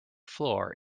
floor